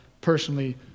personally